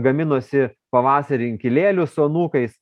gaminosi pavasarį inkilėlius su anūkais